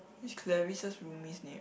which Clarice's roomie's name